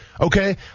okay